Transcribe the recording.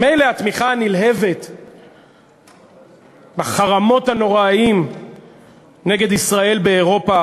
מילא התמיכה הנלהבת בחרמות הנוראיים נגד ישראל באירופה